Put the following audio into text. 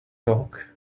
talk